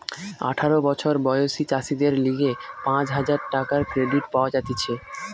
আঠারো বছর বয়সী চাষীদের লিগে পাঁচ হাজার টাকার ক্রেডিট পাওয়া যাতিছে